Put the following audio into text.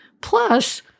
Plus